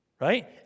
Right